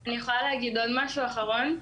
אני יכולה לומר עוד משהו, אחרון?